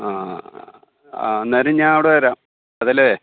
ആ ആ അന്നേരം ഞാൻ അവിടെ വരാം അതെ അല്ലെ